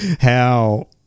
how-